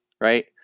right